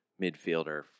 midfielder